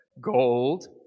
Gold